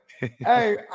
Hey